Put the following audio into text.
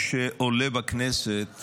שעולה בכנסת